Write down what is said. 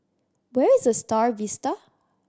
where is The Star Vista